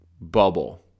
bubble